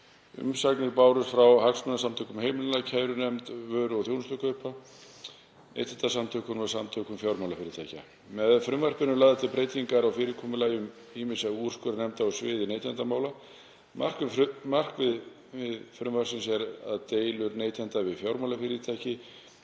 Umsagnir bárust frá Hagsmunasamtökum heimilanna, kærunefnd vöru- og þjónustukaupa, Neytendasamtökunum og Samtökum fjármálafyrirtækja. Með frumvarpinu eru lagðar til breytingar á fyrirkomulagi ýmissa úrskurðarnefnda á sviði neytendamála. Markmið frumvarpsins er að deilur neytenda við fjármálafyrirtæki,